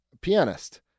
pianist